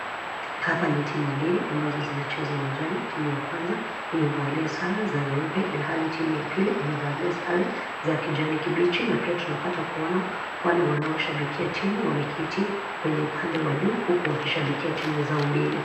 Hapa ni timu mbili, ambazo zinacheza uwanjani. Timu ya kwanza, imevalia sare za nyeupe, ilhali timu ya pili, imevalia sare za kijani kibichi na pia tunapata kuona wale wanaoishabikia timu, wameketi kwenye upande wa juu, huku wakishabihikia timu zao mbili.